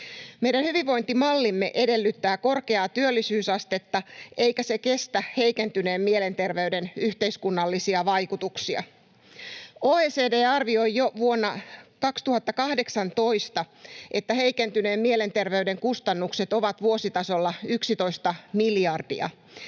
Meidän hyvinvointimallimme edellyttää korkeaa työllisyysastetta, eikä se kestä heikentyneen mielenterveyden yhteiskunnallisia vaikutuksia. OECD arvioi jo vuonna 2018, että heikentyneen mielenterveyden kustannukset ovat vuositasolla 11 miljardia,